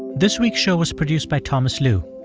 this week's show was produced by thomas lu.